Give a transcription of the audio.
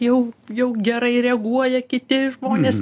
jau jau gerai reaguoja kiti žmonės